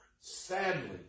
sadly